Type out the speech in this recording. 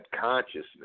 consciousness